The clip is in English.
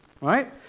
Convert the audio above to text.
Right